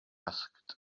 asked